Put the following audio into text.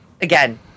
again